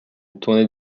tournée